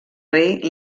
rei